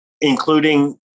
including